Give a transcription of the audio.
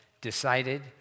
decided